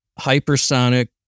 hypersonic